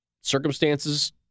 Circumstances